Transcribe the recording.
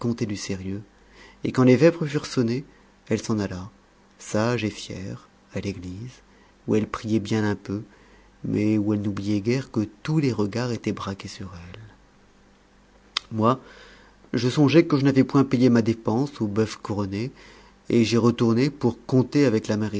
du sérieux et quand les vêpres furent sonnées elle s'en alla sage et fière à l'église où elle priait bien un peu mais où elle n'oubliait guère que tous les regards étaient braqués sur elle moi je songeai que je n'avais point payé ma dépense au boeuf couronné et j'y retournai pour compter avec la